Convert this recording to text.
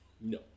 no